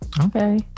Okay